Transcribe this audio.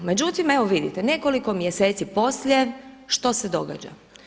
Međutim, evo vidite, nekoliko mjeseci poslije što se događa?